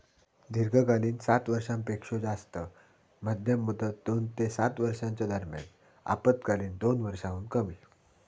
दीर्घकालीन सात वर्षांपेक्षो जास्त, मध्यम मुदत दोन ते सात वर्षांच्यो दरम्यान, अल्पकालीन दोन वर्षांहुन कमी